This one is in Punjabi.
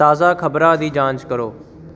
ਤਾਜ਼ਾ ਖ਼ਬਰਾਂ ਦੀ ਜਾਂਚ ਕਰੋ